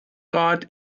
grad